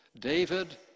David